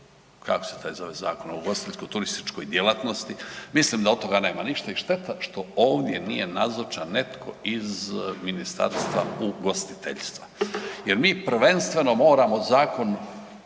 kako se zove taj zakon o ugostiteljsko-turističkoj djelatnosti mislim da od toga nema ništa. I šteta što ovdje nije nazočan netko iz ministarstva ugostiteljstva jer mi prvenstveno moramo Zakon